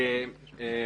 ראשית,